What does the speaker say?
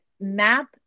map